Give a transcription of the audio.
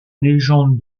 légende